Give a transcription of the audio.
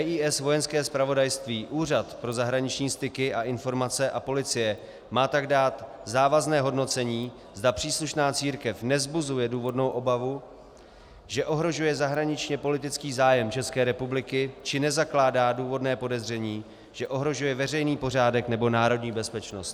BIS, Vojenské zpravodajství, Úřad pro zahraniční styky a informace a policie má tak dát závazné hodnocení, zda příslušná církev nevzbuzuje důvodnou obavu, že ohrožuje zahraničněpolitický zájem České republiky či nezakládá důvodné podezření, že ohrožuje veřejný pořádek nebo národní bezpečnost.